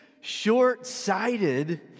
short-sighted